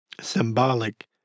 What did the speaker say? symbolic